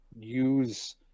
use